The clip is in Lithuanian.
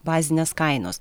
bazinės kainos